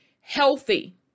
healthy